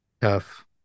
tough